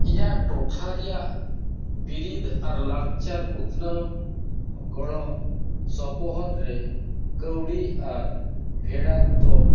ᱤᱧᱟᱹᱜ ᱴᱚᱴᱷᱟ ᱨᱮᱭᱟᱜ ᱵᱤᱨᱤᱫ ᱟᱨ ᱞᱟᱠᱪᱟᱨ ᱩᱛᱱᱟᱹᱣ ᱜᱚᱲᱚ ᱥᱚᱯᱚᱦᱚᱫ ᱨᱮ ᱠᱟᱹᱣᱰᱤ ᱟᱨ ᱯᱷᱮᱰᱟᱛ ᱫᱚ